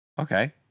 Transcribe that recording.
okay